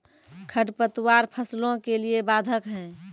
खडपतवार फसलों के लिए बाधक हैं?